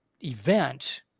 event